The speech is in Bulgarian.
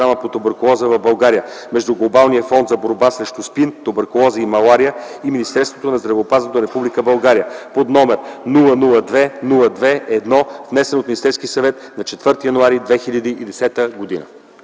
по туберкулоза в България” между Глобалния фонд за борба срещу СПИН, туберкулоза и малария и Министерството на здравеопазването на Република България, № 002-02-1, внесен от Министерския съвет на 4 януари 2010 г.”